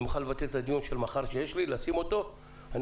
אני מוכן לבטל את הדיון שאמור להתקיים מחר ולנהל במקומו את הדיון הזה.